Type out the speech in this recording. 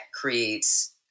creates